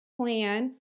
plan